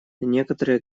некоторые